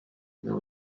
there